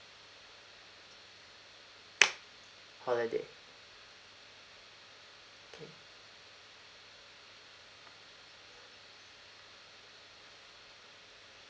holiday okay